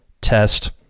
test